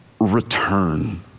return